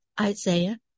Isaiah